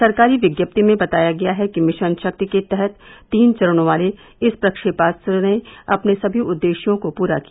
सरकारी विज्ञप्ति में बताया गया है कि मिशन शक्ति के तहत तीन चरणों वाले इस प्रक्षेपास्त्र ने अपने सभी उद्देश्यों को पूरा किया